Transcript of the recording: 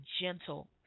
gentle